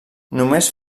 només